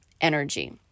energy